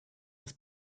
his